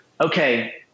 okay